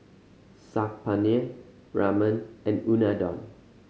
Saag Paneer Ramen and Unadon